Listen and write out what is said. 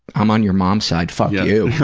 i'm on your mom's side. fuck you.